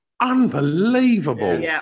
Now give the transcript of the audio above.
Unbelievable